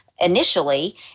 initially